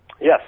Yes